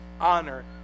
honor